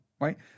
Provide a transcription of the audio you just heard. right